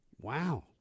Wow